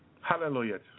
Hallelujah